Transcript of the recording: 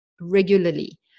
regularly